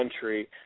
country